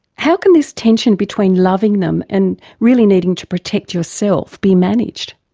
how can this tension between loving them and really needing to protect yourself be managed?